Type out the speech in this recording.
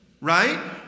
Right